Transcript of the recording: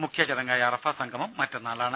മുഖ്യചടങ്ങായ അറഫാ സംഗമം മറ്റന്നാളാണ്